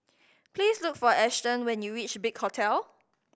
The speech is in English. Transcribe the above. please look for Ashton when you reach Big Hotel